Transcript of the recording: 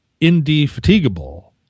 indefatigable